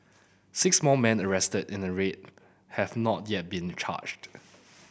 six more men arrested in the raid have not yet been charged